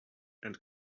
and